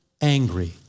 angry